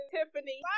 Tiffany